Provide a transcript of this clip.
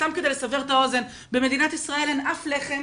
סתם כדי לסבר את האוזן במדינת ישראל אין אף לחם